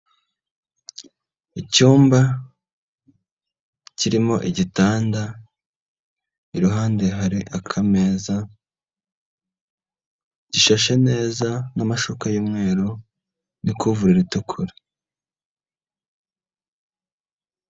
Icyumba kirimo igitanda, iruhande hari akameza. Gishashe neza n'amashuka y'umweru n'ikovurore itukura.